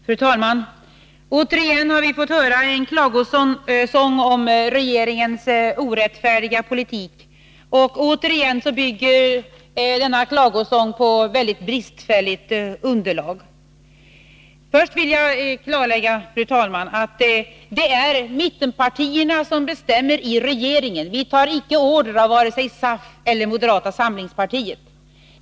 Fru talman! Återigen har vi fått höra en klagosång om regeringens orättfärdiga politik, och återigen bygger denna klagosång på väldigt bristfälligt underlag. Först vill jag, fru talman, klarlägga att det är mittenpartierna som bestämmer i regeringen. Vi tar icke order av vare sig SAF eller moderata samlingspartiet.